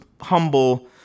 humble